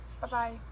Bye-bye